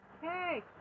Hey